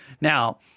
Now